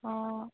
ହଁ